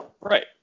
Right